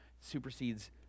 supersedes